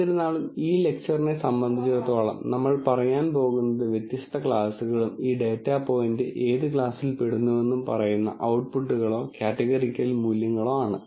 എന്നിരുന്നാലും ഈ ലെക്ച്ചറിനെ സംബന്ധിച്ചിടത്തോളം നമ്മൾ പറയാൻ പോകുന്നത് വ്യത്യസ്ത ക്ലാസുകളും ഈ ഡാറ്റാ പോയിന്റ് ഏത് ക്ലാസിൽ പെടുന്നുവെന്നും പറയുന്ന ഔട്ട്പുട്ടുകളോ കാറ്റഗറിക്കൽ മൂല്യങ്ങളോ ആണ്